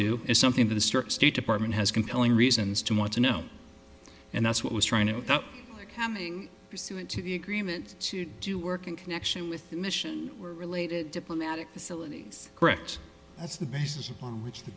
to is something to the state department has compelling reasons to want to know and that's what was trying to coming into the agreement to do work in connection with the mission related diplomatic facilities correct that's the basis on which the